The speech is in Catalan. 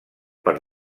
per